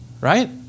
right